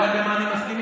שזה של הליכוד,